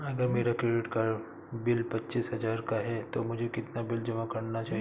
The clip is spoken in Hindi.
अगर मेरा क्रेडिट कार्ड बिल पच्चीस हजार का है तो मुझे कितना बिल जमा करना चाहिए?